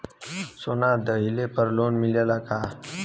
सोना दहिले पर लोन मिलल का?